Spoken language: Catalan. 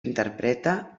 interpreta